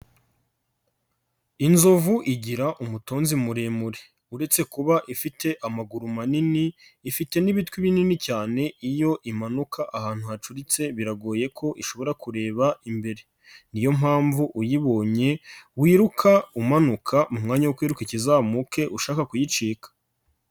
Inzovu igira umutonzi muremure. Uretse kuba ifite amaguru manini, ifite n'ibitwi binini cyane iyo imanuka ahantu hacuritse biragoye ko ishobora kureba imbere. Niyo mpamvu uyibonye wiruka umanuka mu mwanya wo kwiruka ikizamuke ushaka kuyicika.